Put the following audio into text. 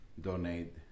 donate